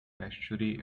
estuary